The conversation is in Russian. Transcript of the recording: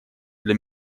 для